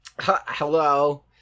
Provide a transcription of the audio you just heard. Hello